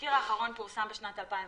התזכיר האחרון פורסם בשנת 2017,